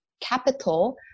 capital